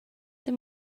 they